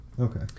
okay